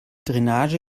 drainage